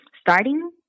starting